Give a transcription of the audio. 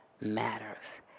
matters